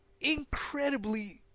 incredibly